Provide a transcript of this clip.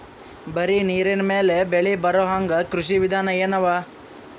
ಬರೀ ನೀರಿನ ಮೇಲೆ ಬೆಳಿ ಬರೊಹಂಗ ಕೃಷಿ ವಿಧಾನ ಎನವ?